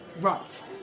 Right